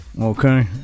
Okay